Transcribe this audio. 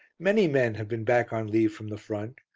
many men have been back on leave from the front,